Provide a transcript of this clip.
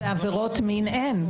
בעבירות מין, אין.